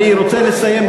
אני רוצה לסיים,